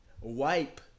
Wipe